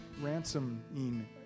ransoming